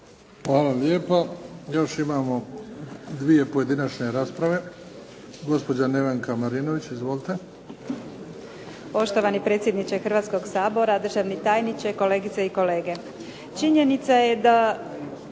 Hvala lijepa. Još imamo dvije pojedinačne rasprave. Gospođa Nevenka Marinović. Izvolite. **Marinović, Nevenka (HDZ)** Poštovani predsjedniče Hrvatskoga sabora, državni tajniče, kolegice i kolege. Činjenica je da